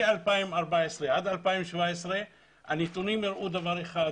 משנת 2014 עד 2017 הנתונים הראו דבר אחד.